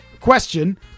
question